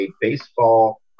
baseball